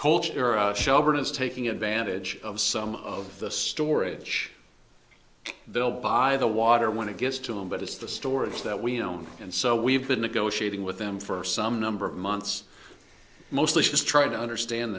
shelburne is taking advantage of some of the storage bill by the water when it gets to them but it's the storage that we own and so we've been negotiating with them for some number of months mostly just trying to understand